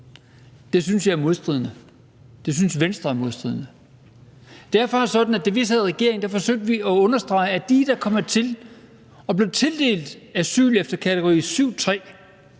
Det synes jeg er modstridende. Det synes Venstre er modstridende. Det er faktisk sådan, at da vi sad i regering, forsøgte vi at understrege, at det at tildele asyl efter § 7,